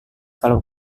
kalau